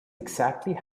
exactly